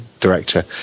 director